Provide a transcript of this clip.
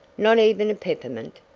not even a peppermint?